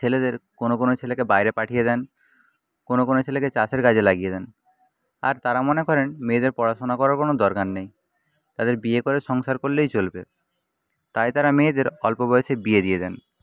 ছেলেদের কোনো কোনো ছেলেকে বাইরে পাঠিয়ে দেন কোনো কোনো ছেলেকে চাষের কাজে লাগিয়ে দেন আর তারা মনে করেন মেয়েদের পড়াশোনার কোনো দরকার নেই তাদের বিয়ে করে সংসার করলেই চলবে তাই তারা মেয়েদের অল্প বয়সে বিয়ে দিয়ে দেন